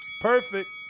Perfect